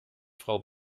frau